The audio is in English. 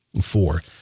four